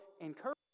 encourage